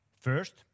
First